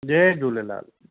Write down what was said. Jay Jhulelal